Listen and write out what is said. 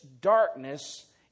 darkness